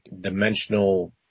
dimensional